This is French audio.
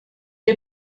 est